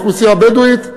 מהאוכלוסייה הבדואית.